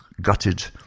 gutted